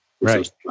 right